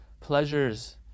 pleasures